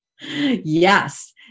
Yes